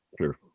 Sure